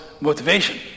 motivation